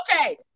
Okay